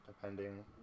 depending